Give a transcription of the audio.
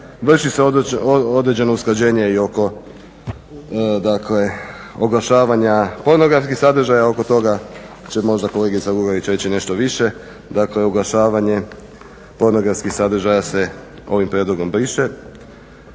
vrši se određeno usklađenje i oko dakle oglašavanja pornografskih sadržaja. Oko toga će možda kolegica Lugarić nešto više, dakle oglašavanje pornografskih sadržaja se ovim prijedlogom briše.